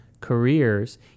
careers